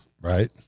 right